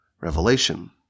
revelation